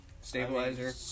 stabilizer